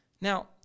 Now